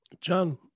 John